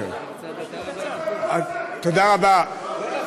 תודה רבה.